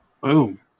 Boom